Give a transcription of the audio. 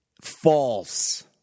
false